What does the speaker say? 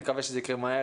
אני מקווה שזה יקרה מהר,